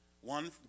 one